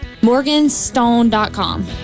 Morganstone.com